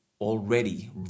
already